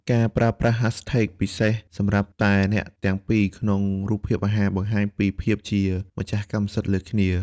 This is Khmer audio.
ការប្រើប្រាស់ "Hashtag" ពិសេសសម្រាប់តែអ្នកទាំងពីរក្នុងរូបភាពអាហារ បង្ហាញពីភាពជាម្ចាស់កម្មសិទ្ធិលើគ្នា។